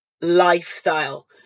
lifestyle